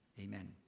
Amen